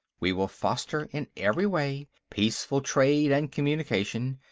we will foster in every way peaceful trade and communication.